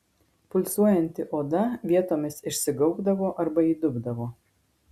pulsuojanti oda vietomis išsigaubdavo arba įdubdavo